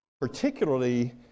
particularly